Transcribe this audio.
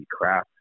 crap